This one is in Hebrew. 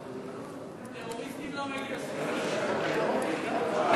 לטרוריסטים לא מגיע זכויות אדם.